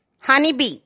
honeybee